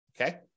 okay